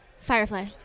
Firefly